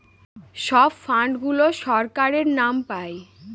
সব ফান্ড গুলো সরকারের নাম পাই